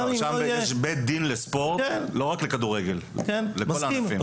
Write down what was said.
עכשיו יש בית דין לספורט לא רק בכדורגל אלא בכל הענפים.